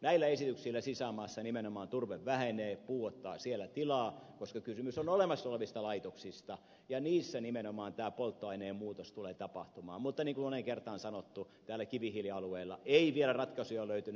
näillä esityksillä sisämaassa nimenomaan turve vähenee puu ottaa siellä tilaa koska kysymys on olemassa olevista laitoksista ja niissä nimenomaan tämä polttoaineen muutos tulee tapahtumaan mutta niin kuin on moneen kertaan sanottu täällä kivihiilialueella ei vielä ratkaisuja ole löytynyt